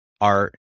art